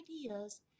ideas